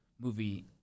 movie